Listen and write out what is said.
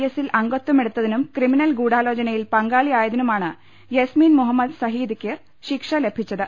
എസിൽ അംഗത്വമെടുത്തതിനും ക്രിമിനൽ ഗൂഢാലോചനയിൽ പങ്കാളിയാ യതിനുമാണ് യസ്മീൻ മുഹമ്മദ് സഹീദിക്ക് ശിക്ഷ ലഭിച്ചത്